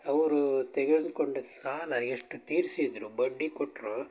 ಅವರು ತೆಗೆದುಕೊಂಡ ಸಾಲ ಎಷ್ಟು ತೀರ್ಸಿದರೂ ಬಡ್ಡಿ ಕೊಟ್ಟರೂ